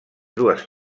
dues